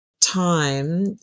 time